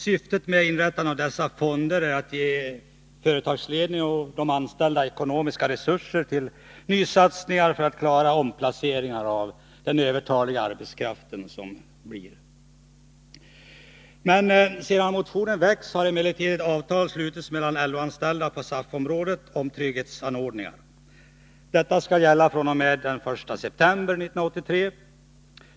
Syftet med inrättandet av dessa fonder är att ge företagsledning och de anställda ekonomiska resurser till nysatsningar för att klara omplaceringar av övertalig arbetskraft. Sedan motionen väcktes har emellertid ett avtal slutits med LO-anställda på SAF-området om trygghetsanordningar. Detta skall gälla fr.o.m. den 1 september 1983.